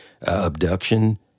abduction